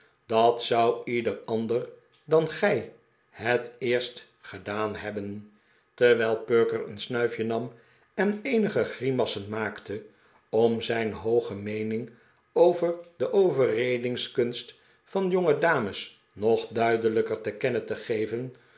dat zou ieder ander dan gij het eerst gedaan hebben terwijl perker een snuifje nam en eenige grimassen maakte om zijn hooge meening over de overredingskunst van jongedames nog duidelijker te kennen te geven